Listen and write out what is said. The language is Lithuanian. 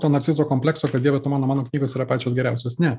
to narcizo komplekso kad dieve tu mano mano knygos yra pačios geriausios ne